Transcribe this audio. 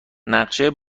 نقشه